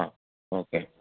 ആ ഓക്കെ